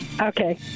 Okay